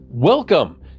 Welcome